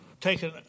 taken